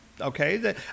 Okay